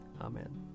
Amen